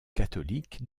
catholique